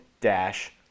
dash